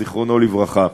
זיכרונו לברכה.